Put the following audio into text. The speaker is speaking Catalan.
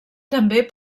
també